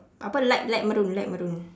apa light light maroon light maroon